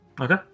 Okay